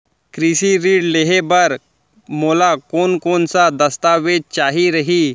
कृषि ऋण लेहे बर मोला कोन कोन स दस्तावेज चाही रही?